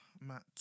Matt